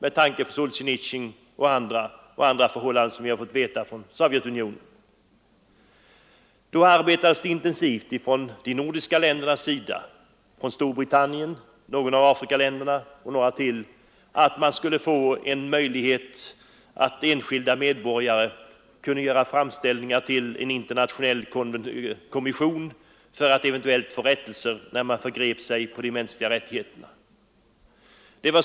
Det finns anledning att ställa den frågan med tanke på behandlingen av Solzjenitsyn och en rad andra förhållanden som vi har fått kännedom om. De nordiska länderna arbetade intensivt liksom Storbritannien, någon av de afrikanska staterna och några länder till på att skapa en möjlighet för enskilda medborgare att göra framställningar till en internationell kommission för att eventuellt få rättelse när en regim förgrep sig på de mänskliga rättigheterna.